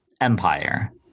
Empire